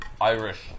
Irish